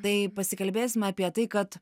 tai pasikalbėsim apie tai kad